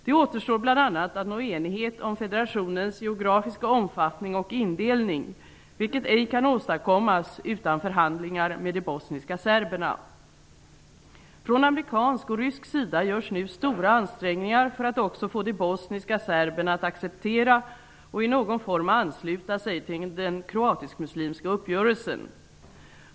Det återstår bl.a. att nå enighet om federationens geografiska omfattning och indelning, vilket ej kan åstadkommas utan förhandlingar med de bosniska serberna. Från amerikansk och rysk sida görs det nu stora ansträngningar för att också få de bosniska serberna att acceptera och i någon form ansluta sig till den kroatisk-muslimska uppgörelsen.